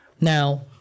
Now